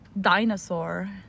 dinosaur